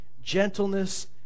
gentleness